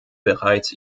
bereits